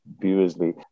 previously